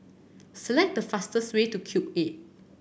select the fastest way to Cube Eight